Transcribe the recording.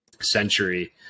century